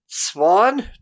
Swan